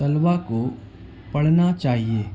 طلبا کو پڑھنا چاہیے